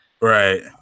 Right